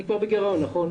אני כבר בגירעון, נכון?